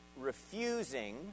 Refusing